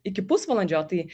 iki pusvalandžio tai